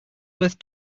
worth